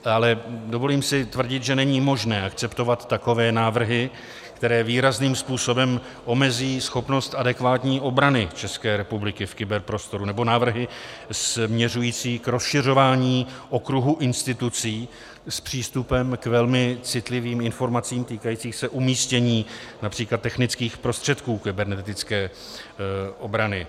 Ale dovolím si tvrdit, že není možné akceptovat takové návrhy, které výrazným způsobem omezí schopnost adekvátní obrany České republiky v kyberprostoru, nebo návrhy směřující k rozšiřování okruhu institucí s přístupem k velmi citlivým informacím týkajícím se umístění např. technických prostředků kybernetické obrany.